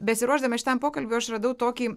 besiruošdama šitam pokalbiui aš radau tokį